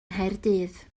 nghaerdydd